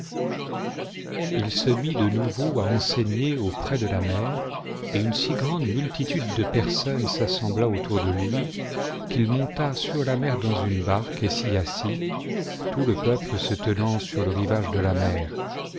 il se mit de nouveau à enseigner auprès de là mer et une si grande multitude de personnes s'assembla autour de lui qu'il monta sur la mer dans une barque et s'y assit tout le peuple se tenant sur le rivage de la mer